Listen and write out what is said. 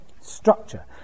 Structure